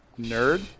Nerd